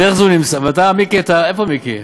בדרך זו, אתה, מיקי, איפה מיקי?